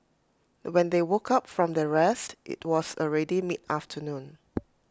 when they woke up from their rest IT was already mid afternoon